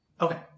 Okay